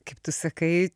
kaip tu sakai